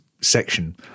section